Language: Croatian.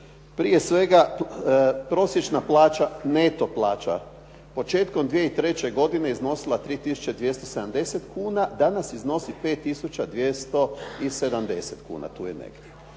Prije svega, prosječna plaća, neto plaća početkom 2003. godine iznosila je 3 270 kuna, danas iznosi 5 270 kuna, tu je negdje.